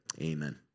amen